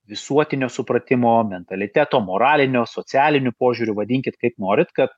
visuotinio supratimo mentaliteto moraliniu socialiniu požiūriu vadinkit kaip norit kad